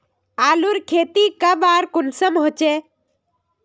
आलूर खेती कब आर कुंसम होचे?